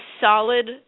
solid